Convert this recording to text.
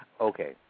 Okay